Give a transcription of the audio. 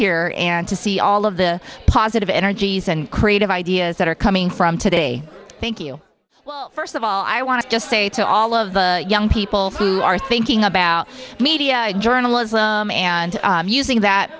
here and to see all of the positive energies and creative ideas that are coming from today thank you well first of all i want to just say to all of the young people who are thinking about media journalism and using that